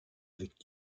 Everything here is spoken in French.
avec